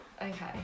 Okay